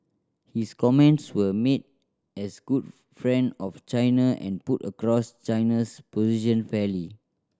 his comments were made as good friend of China and put across China's position fairly